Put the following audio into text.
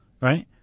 right